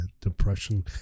depression